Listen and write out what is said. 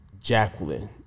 Jacqueline